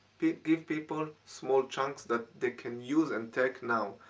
give people small chunks that they can use and take now,